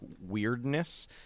weirdness